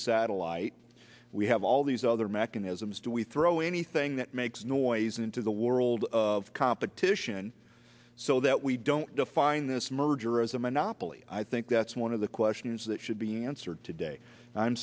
satellite we have all these other mechanisms do we throw anything that makes noise into the world of competition so that we don't define this merger as a monopoly i think that's one of the questions that should be answered today